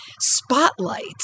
spotlight